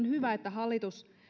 hyvä että hallitus